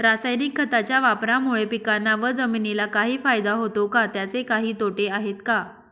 रासायनिक खताच्या वापरामुळे पिकांना व जमिनीला काही फायदा होतो का? त्याचे काही तोटे आहेत का?